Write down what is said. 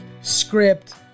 script